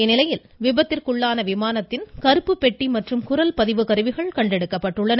இந்நிலையில் விபத்துக்குள்ளான விமானத்தின் கறுப்பு பெட்டி மற்றும் குரல் பதிவு கருவிகள் கண்டெடுக்கப்பட்டுள்ளன